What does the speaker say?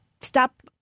stop